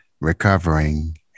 recovering